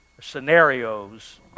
scenarios